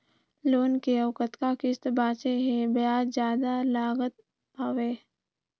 Loan के अउ कतका किस्त बांचें हे? ब्याज जादा लागत हवय,